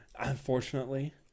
Unfortunately